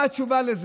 מה התשובה?